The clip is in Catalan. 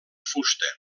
fusta